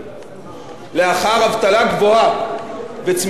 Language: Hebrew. לאחר אבטלה גבוהה וצמיחה שלילית,